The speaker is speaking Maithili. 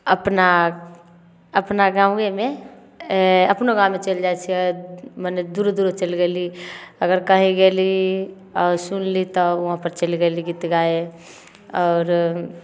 अपना अपना गामेमे अपनो गाममे चलि जाइ छिए मने दूरो दूरो चलि गेली अगर कहीँ गेली आओर सुनली तऽ वहाँपर चलि गेली गीत गाए आओर